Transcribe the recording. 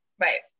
Right